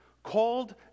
Called